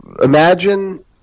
imagine